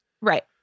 Right